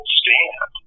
stand